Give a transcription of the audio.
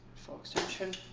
full extension.